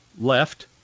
left